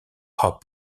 hop